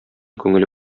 күңеле